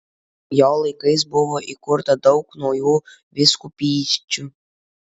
jo laikais buvo įkurta daug naujų vyskupysčių